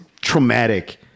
traumatic